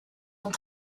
sont